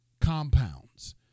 compounds